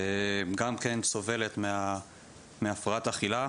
גם כן סובלת מהפרעת אכילה,